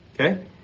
okay